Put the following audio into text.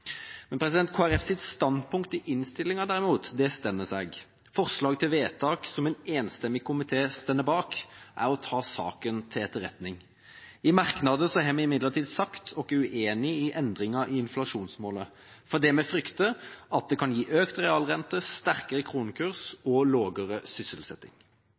standpunkt i innstillinga derimot står seg. Forslaget til vedtak, som en enstemmig komité står bak, er å ta saken til etterretning. I merknader har vi imidlertid sagt at vi er uenig i endringen av inflasjonsmålet. Det vi frykter, er at det kan gi økt realrente, sterkere kronekurs og lavere sysselsetting.